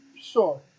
sure